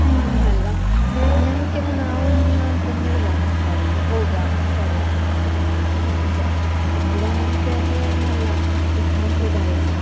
ಅಲ್ವ ಆ ನಂಬಿಕೆನ ನಾವು ಇಲ್ಲ ಅಂತಂಧೇಳಿ ವಾದಿಸ್ಬಾರ್ದು ಹೌದಾ ಸರಿ ಹಾಂ ಅದೆ ಮೂಢನಂಬಿಕೆ ಅಂದರೇನು ಅಲ್ಲ ಈ ಸಾಂಪ್ರದಾಯಿಕ